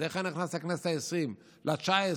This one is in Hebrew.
איך אני נכנס לכנסת העשרים, לתשע-עשרה?